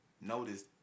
notice